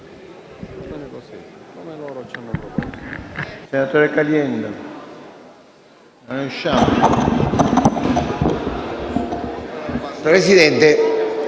Presidente,